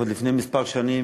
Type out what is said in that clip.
עוד לפני כמה שנים,